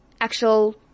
actual